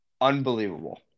unbelievable